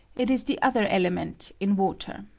it is the other element in water.